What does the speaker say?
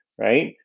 right